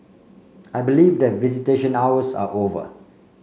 I believe that visitation hours are over